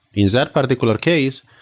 in that particular case,